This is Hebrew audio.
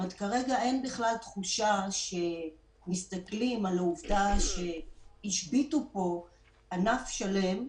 כרגע אין בכלל תחושה שמסתכלים על העובדה שהשביתו פה ענף שלם,